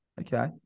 Okay